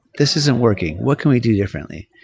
this isn't working. what can we do differently?